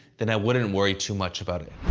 then i wouldn't worry too much about it.